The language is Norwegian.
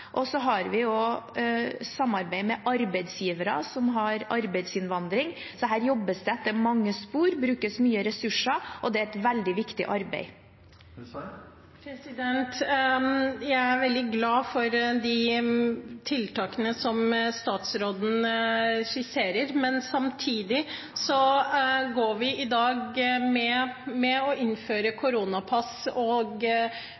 har også samarbeid med arbeidsgivere som har arbeidsinnvandrere. Så det jobbes etter mange spor og brukes mye ressurser, og det er et veldig viktig arbeid. Jeg er veldig glad for de tiltakene statsråden skisserer, men samtidig går vi i dag, ved å innføre